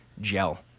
gel